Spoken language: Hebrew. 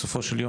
בסופו של יום,